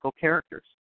characters